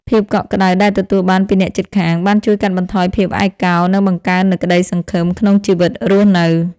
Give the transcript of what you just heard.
ភាពកក់ក្តៅដែលទទួលបានពីអ្នកជិតខាង បានជួយកាត់បន្ថយភាពឯកោ និងបង្កើននូវក្តីសង្ឃឹមក្នុងជីវិតរស់នៅ។